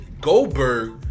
Goldberg